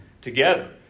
together